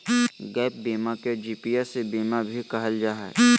gap बीमा के GAPS बीमा भी कहल जा हय